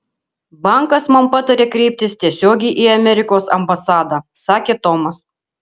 bankas man patarė kreiptis tiesiogiai į amerikos ambasadą sakė tomas